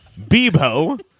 Bebo